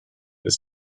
ist